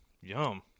yum